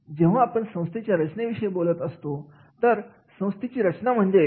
जेव्हा आपण संस्थेच्या रचनेविषयी बोलत असतो तर संस्थेची रचना म्हणजे